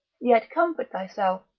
yet comfort thyself,